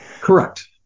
Correct